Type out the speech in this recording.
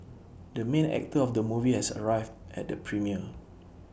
the main actor of the movie has arrived at the premiere